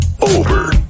over